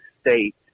state